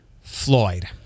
floyd